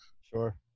sure